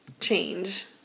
change